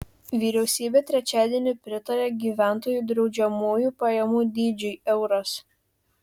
vyriausybė trečiadienį pritarė gyventojų draudžiamųjų pajamų dydžiui euras